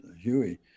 Huey